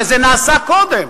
וזה נעשה קודם.